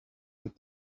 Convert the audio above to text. with